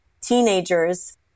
teenagers